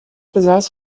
besaß